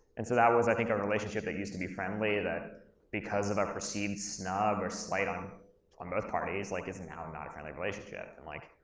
and so that was, i think, a relationship that used to be friendly, that because of our perceive snub or slight on um both parties, like is and now not a friendly relationship. and like,